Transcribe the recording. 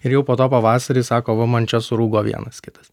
ir jau po to pavasarį sako va man čia surūgo vienas kitas